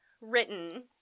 written